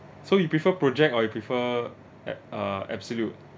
so you prefer project or you prefer a~ err absolute